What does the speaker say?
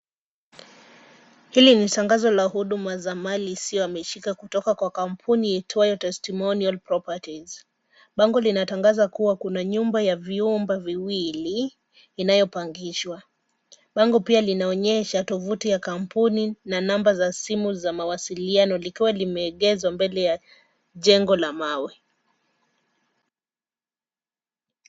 Hili ni tangazo la huduma za mali isiyohamishika kutoka kwa kampuni iitwayo Testimonial Properties . Bango linatangaza kuwa kuna nyumba ya vyumba viwili inayopangishwa. Bango pia linaonyesha tofauti ya kampuni na namba za simu za mawasiliano likiwa limeegezwa mbele ya jengo la mawe.